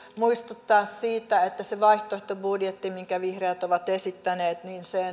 muistuttaa siitä että sen vaihtoehtobudjetin minkä vihreät ovat esittäneet